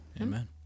Amen